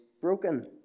broken